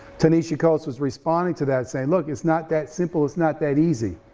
ta-nehisi coates was responding to that saying look it's not that simple, it's not that easy